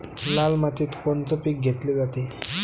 लाल मातीत कोनचं पीक घेतलं जाते?